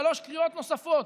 שלוש קריאות נוספות,